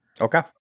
Okay